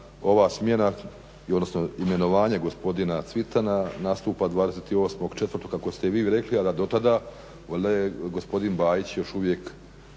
ova smjena, odnosno imenovanje gospodina Cvitana nastupa 28.04. kako ste vi rekli, a da dotada valjda je gospodin Bajić još uvijek